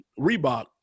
Reebok